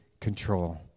control